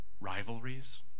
rivalries